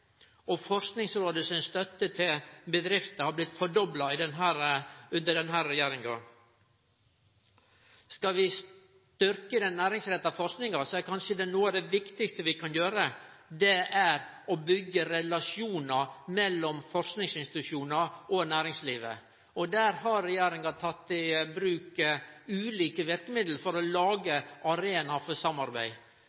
Forskingsrådet si støtte til bedrifter har blitt fordobla under denne regjeringa. Skal vi styrkje den næringsretta forskinga, er kanskje noko av det viktigaste vi kan gjere, å byggje relasjonar mellom forskingsinstitusjonar og næringslivet. Der har regjeringa teke i bruk ulike verkemiddel for å lage